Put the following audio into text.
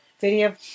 video